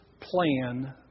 plan